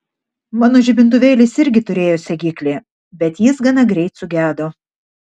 mano žibintuvėlis irgi turėjo segiklį bet jis gana greitai sugedo